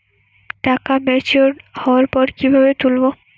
টাকা ম্যাচিওর্ড হওয়ার পর কিভাবে তুলব?